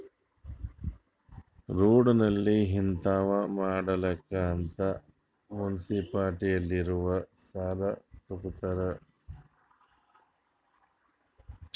road, ನಾಲಿ ಹಿಂತಾವ್ ಮಾಡ್ಲಕ್ ಅಂತ್ ಮುನ್ಸಿಪಾಲಿಟಿದವ್ರು ಸಾಲಾ ತಗೊತ್ತಾರ್